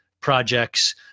projects